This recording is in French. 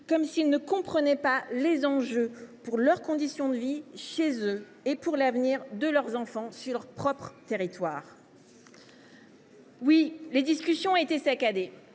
comme s’ils ne comprenaient pas les enjeux du texte pour leurs conditions de vie et pour l’avenir de leurs enfants sur leur propre territoire. Oui, les discussions ont été saccadées,